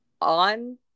on